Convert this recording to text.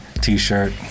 T-shirt